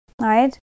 right